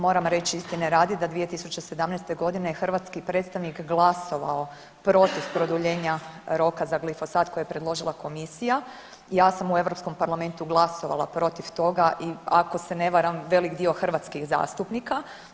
Moram reći istine radi da 2017.g. je hrvatski predstavnik glasovao protiv produljenja roka za glifosat koji je predložila komisija i ja sam u Europskom parlamentu glasovala protiv toga i ako se ne varam velik dio hrvatskih zastupnika.